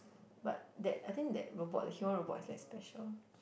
but that I think that robot the human robot is like special